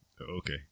okay